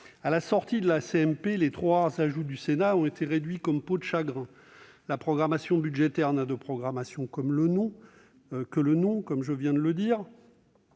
paritaire, les quelques ajouts du Sénat ont été réduits comme peau de chagrin. La programmation budgétaire n'a de programmation que le nom, comme je viens de le dire.